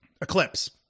Eclipse